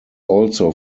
also